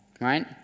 right